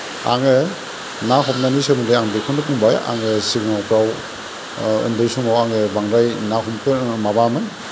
आङो ना हमनायनि सोमोन्दो आं बेखौनो बुंबाय आङो सिगांफोराव उन्दै समाव आङो बांद्राय ना हमफेरनो माबायामोन